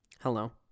Hello